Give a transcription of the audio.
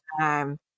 time